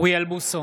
אוריאל בוסו,